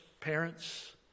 parents